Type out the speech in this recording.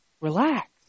relax